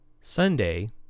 Sunday